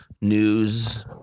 news